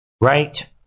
Right